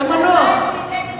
כמה נוח.